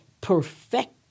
perfect